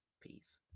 Peace